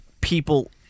people